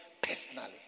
personally